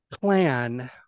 clan